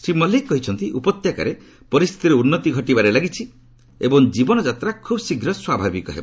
ଶ୍ରୀ ମଲ୍ଲିକ କହିଛନ୍ତି ଉପତ୍ୟକାରେ ପରିସ୍ଥିତିରେ ଉନ୍ଦତି ଘଟିବାରେ ଲାଗିଛି ଏବଂ ଜୀବନଯାତ୍ରା ଖୁବ୍ ଶୀଘ୍ର ସ୍ୱାଭାବିକ ହେବ